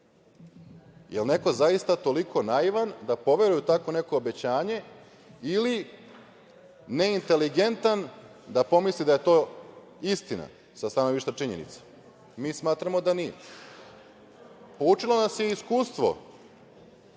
li je neko zaista toliko naivan da poveruje u tako neko obećanje ili neinteligentan da pomisli da je to istina sa stanovišta činjenica? Mi smatramo da nije. Poučilo nas je iskustvo